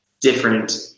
different